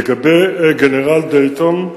לגבי גנרל דייטון,